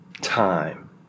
time